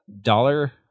dollar